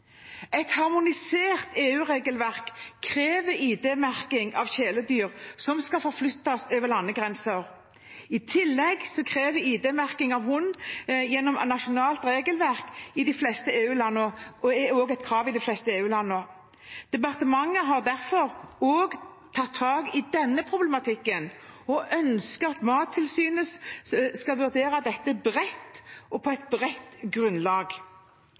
harmonisert EU-regelverk krever ID-merking av kjæledyr som skal forflyttes over landegrenser. I tillegg kreves ID-merking av hund gjennom nasjonalt regelverk i de fleste EU-landene – det er altså et krav i de fleste EU-landene. Departementet har derfor tatt tak i denne problematikken og ønsker at Mattilsynet skal vurdere dette bredt og på et bredt grunnlag.